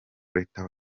freter